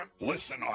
Listen